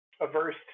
averse